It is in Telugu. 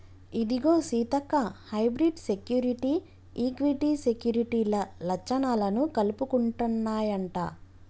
ఇదిగో సీతక్క హైబ్రిడ్ సెక్యురిటీ, ఈక్విటీ సెక్యూరిటీల లచ్చణాలను కలుపుకుంటన్నాయంట